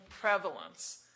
prevalence